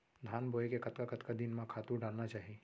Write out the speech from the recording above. धान बोए के कतका कतका दिन म खातू डालना चाही?